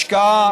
השקעה,